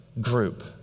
group